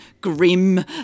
grim